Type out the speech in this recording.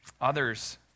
Others